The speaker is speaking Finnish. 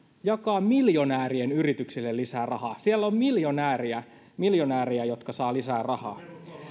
jakaa miljonäärien yrityksille lisää rahaa siellä on miljonäärejä miljonäärejä jotka saavat lisää rahaa